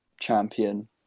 champion